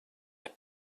mit